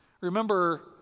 Remember